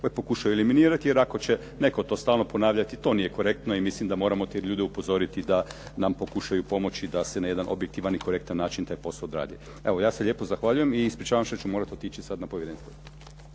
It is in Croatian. pokušaju eliminirati, jer ako će netko to stalno ponavljati to nije korektno i mislim da moramo te ljude upozoriti da nam pokušaju pomoći da se na jedan objektivan i korektan način taj posao odradi. Evo ja se lijepo zahvaljujem i ispričavam što ću morat otići sad na povjerenstvo.